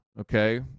okay